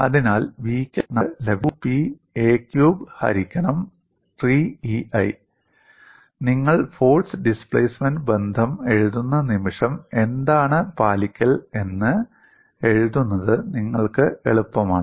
അതിനാൽ v ക്ക് തുല്യമായി നമുക്ക് ലഭിക്കുന്ന സ്ഥാനചലനം2P a ക്യൂബ് ഹരിക്കണം 3EI നിങ്ങൾ ഫോഴ്സ് ഡിസ്പ്ലേസ്മെന്റ് ബന്ധം എഴുതുന്ന നിമിഷം എന്താണ് പാലിക്കൽ എന്ന് എഴുതുന്നത് നിങ്ങൾക്ക് എളുപ്പമാണ്